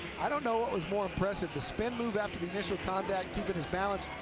i don't know what was more impressive, the spin move after the initial contact, keeping his balance,